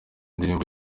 indirimbo